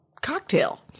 cocktail